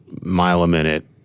mile-a-minute